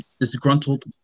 disgruntled